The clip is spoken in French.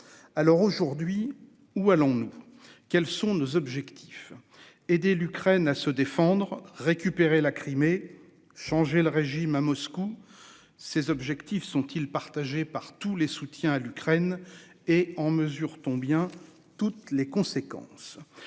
Alors aujourd'hui où allons-nous quels sont nos objectifs, aider l'Ukraine à se défendre, récupérer la Crimée changer le régime à Moscou. Ces objectifs sont-ils partagés par tous les soutiens à l'Ukraine est en mesure-t-on bien toutes les conséquences.